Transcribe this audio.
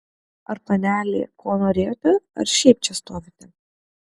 ar panelė ko norėjote ar šiaip čia stovite